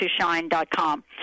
toshine.com